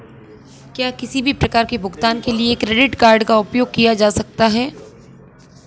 क्या किसी भी प्रकार के भुगतान के लिए क्रेडिट कार्ड का उपयोग किया जा सकता है?